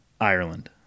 ireland